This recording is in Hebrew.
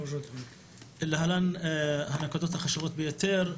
להלן הנקודות החשובות ביותר,